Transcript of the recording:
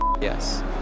Yes